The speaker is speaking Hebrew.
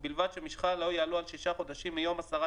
ובלבד שמשכה לא יעלה על ששה חודשים מיום הסרת